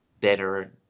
better